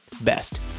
best